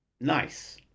Nice